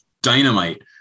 dynamite